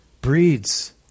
breeds